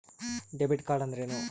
Debit card ಅಂದ್ರೇನು?